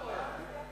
ועדת הכנסת